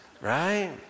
right